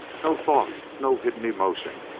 no thought, no hidden emotion,